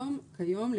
כיום,